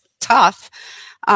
tough